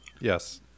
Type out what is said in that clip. Yes